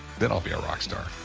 then i'll be a rock star.